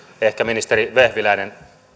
ehkä ministeri vehviläinen